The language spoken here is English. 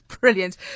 Brilliant